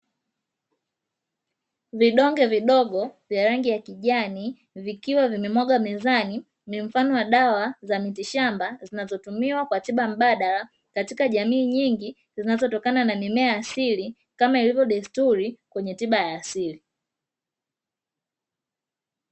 Vidonge vidogo vya rangi ya kijani vikiwa vimemwagwa mezani, ni mfano wa dawa za miti shamba zinazotumiwa kwa tiba mbadala, katika jamii nyingi, zinazotokana na mimea ya asili kama ilivyo desturi kwenye tiba ya asili.